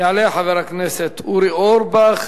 יעלה חבר הכנסת אורי אורבך,